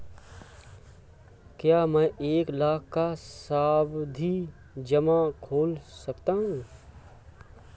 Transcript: क्या मैं एक लाख का सावधि जमा खोल सकता हूँ?